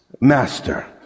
master